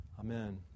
Amen